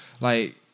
like-